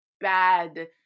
bad